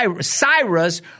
Cyrus